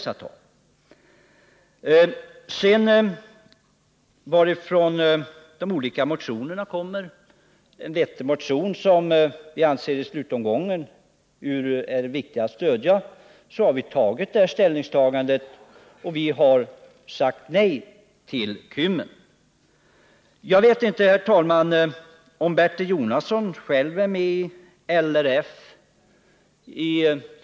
När det gäller varifrån de olika motionerna kommer vill jag säga, att om vi i slutomgången anser att det är fråga om en vettig motion som det är viktigt att stödja, så gör vi det. Därför har vi gjort detta ställningstagande och sagt nej till Kymmens kraftverk. Jag vet inte, herr talman, om Bertil Jonasson själv är medlem i LRF.